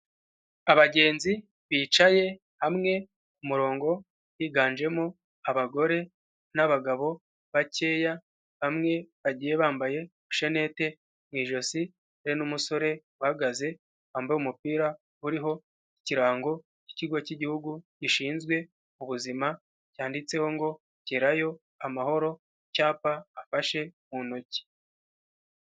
Abagenzi bicaye hamwe ku murongo, higanjemo abagore n'abagabo bakeya, bamwe bagiye bambaye isheneti mu ijosi n'umusore uhagaze wambaye umupira uriho ikirango cy'ikigo cy'igihugu gishinzwe ubuzima cyanditseho ngo gerarayo amahoro, icyapa afashe mu ntoki.